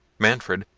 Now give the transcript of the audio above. manfred,